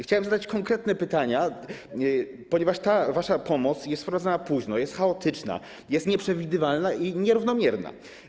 Chciałem zadać konkretne pytania, ponieważ ta wasza pomoc jest wprowadzana późno, jest chaotyczna, jest nieprzewidywalna i nierównomierna.